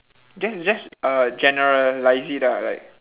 just just uh generalise it ah like